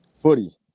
footy